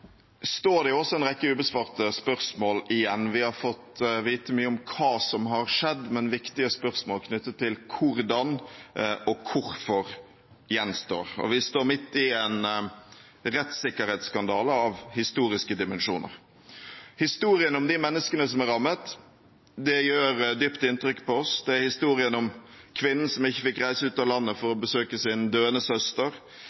står det en rekke ubesvarte spørsmål igjen. Vi har fått vite mye om hva som har skjedd, men viktige spørsmål knyttet til hvordan og hvorfor gjenstår. Vi står midt i en rettssikkerhetsskandale av historiske dimensjoner. Historiene om de menneskene som er rammet, gjør dypt inntrykk på oss. Det er historien om kvinnen som ikke fikk reise ut av landet for